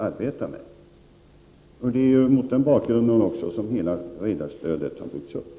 Det är också mot den bakgrunden som redarstödet har byggts upp.